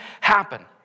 happen